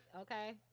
Okay